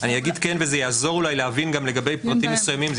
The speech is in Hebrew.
אני אגיד כן וזה יעזור אולי להבין גם לגבי פרטים מסוימים,